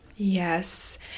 Yes